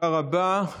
תודה רבה.